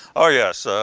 oh yes,